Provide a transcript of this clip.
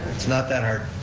it's not that hard.